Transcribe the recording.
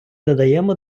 додаємо